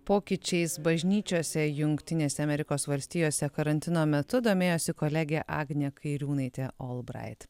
pokyčiais bažnyčiose jungtinėse amerikos valstijose karantino metu domėjosi kolegė agnė kairiūnaitė olbrait